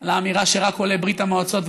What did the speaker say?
על האמירה שרק עולי ברית המועצות,